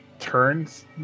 turns